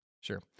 Sure